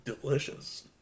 Delicious